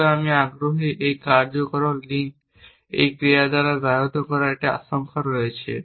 সুতরাং আমি আগ্রহী এই কার্যকারণ লিঙ্কটি এই ক্রিয়া দ্বারা ব্যাহত হওয়ার আশঙ্কা রয়েছে